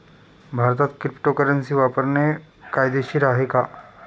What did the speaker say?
भारतात क्रिप्टोकरन्सी वापरणे कायदेशीर आहे का?